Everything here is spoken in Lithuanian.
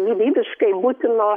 gyvybiškai būtino